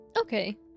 Okay